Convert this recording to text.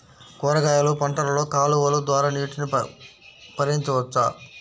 కూరగాయలు పంటలలో కాలువలు ద్వారా నీటిని పరించవచ్చా?